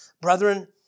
Brethren